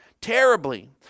terribly